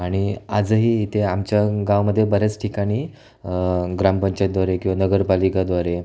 आणि आजही ते आमच्या गावामध्ये बऱ्याच ठिकाणी ग्राम पंचायतद्वारे किंवा नगर पालिकाद्वारे